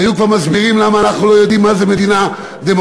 היו כבר מסבירים למה אנחנו לא יודעים מה זה מדינה דמוקרטית.